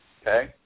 Okay